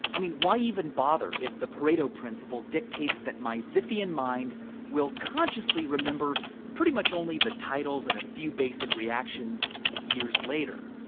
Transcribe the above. i mean, why even bother if the pareto principle dictates that my zipf-ian mind will consciously remember pretty much only the titles and a few basic reactions years later